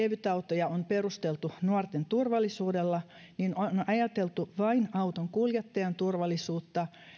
kevytautoja on perusteltu nuorten turvallisuudella on ajateltu vain auton kuljettajan turvallisuutta